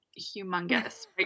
humongous